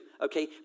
okay